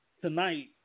tonight